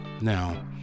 Now